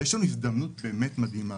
יש לנו הזדמנות באמת מדהימה.